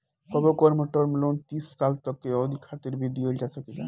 कबो कबो term loan तीस साल तक के अवधि खातिर भी दीहल जा सकेला